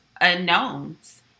unknowns